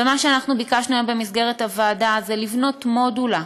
ומה שאנחנו ביקשנו היום במסגרת הוועדה זה לבנות מודולה